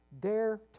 dare